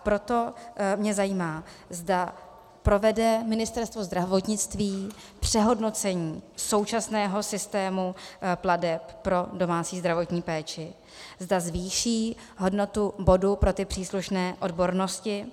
Proto mě zajímá, zda provede Ministerstvo zdravotnictví přehodnocení současného systému plateb pro domácí zdravotní péči, zda zvýší hodnotu bodů pro ty příslušné odbornosti.